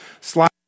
slide